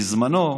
בזמנו,